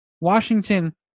Washington